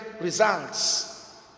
results